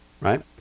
right